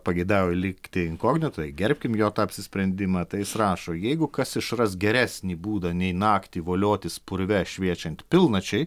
pageidauja likti inkognito gerbkim jo tą apsisprendimą tai jis rašo jeigu kas išras geresnį būdą nei naktį voliotis purve šviečiant pilnačiai